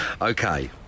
Okay